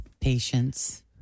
patience